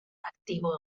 aktibo